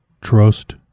trust